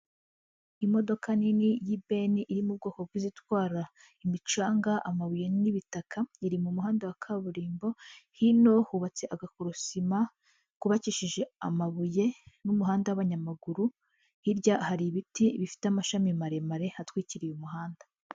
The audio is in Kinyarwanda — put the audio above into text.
Imodoka nini y'ibeni iri mu bwoko bw'izitwara imicanga, amabuye n'ibitaka, iri mu muhanda wa kaburimbo, hino hubatse agakorosima kubakishije amabuye n'umuhanda w'abanyamaguru, hirya hari ibiti bifite amashami maremare atwikiriye umuhanda.